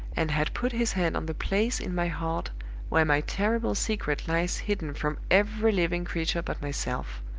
and had put his hand on the place in my heart where my terrible secret lies hidden from every living creature but myself.